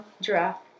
Giraffe